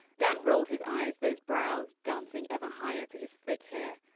dan rolled his eyes. those brows dancing ever higher to his thick hair.